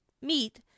meat